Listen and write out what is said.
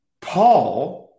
Paul